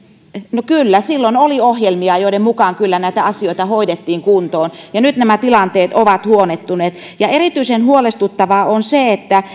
no kyllä silloin oli ohjelmia joiden mukaan näitä asioita hoidettiin kuntoon ja nyt nämä tilanteet ovat huonontuneet erityisen huolestuttavaa on se että